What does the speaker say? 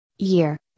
year